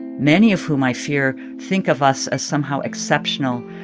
many of whom i fear think of us as somehow exceptional,